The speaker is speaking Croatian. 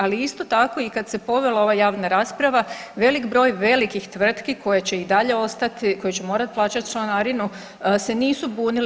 Ali isto tako i kad se povela ova javna rasprava velik broj velikih tvrtki koje će i dalje ostati, koje će morati plaćati članarinu se nisu bunile.